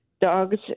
Dogs